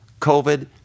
COVID